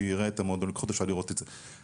אפשר לראות את זה.